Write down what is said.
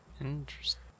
Interesting